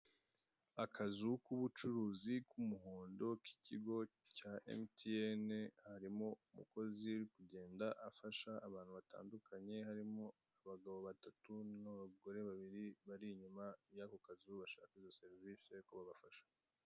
Akazu k'ubucuruzu k'umuhondo k'ikigo cya emutiyene, harimo umukozi uri kugenda afasha abantu batandukanye, harimo abagabo batatu n'abagore babiri bari inyuma yako kazu bashaka izo serivise ko babafasha.